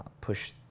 push